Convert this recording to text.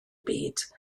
byd